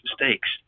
mistakes